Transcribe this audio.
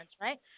right